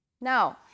Now